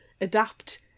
adapt